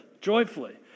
joyfully